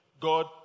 God